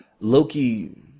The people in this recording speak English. Loki